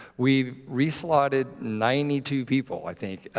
we've reslotted ninety two people, i think,